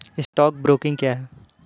Stock broking क्या है?